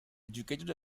educated